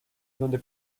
donde